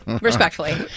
Respectfully